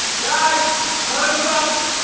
guys times up